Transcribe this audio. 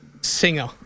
singer